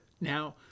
Now